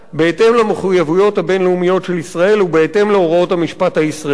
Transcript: בהתאם למחויבויות הבין-לאומיות של ישראל ובהתאם להוראות המשפט הישראלי.